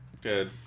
Good